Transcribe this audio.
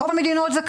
ברוב המדינות זה קיים.